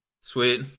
Sweet